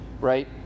right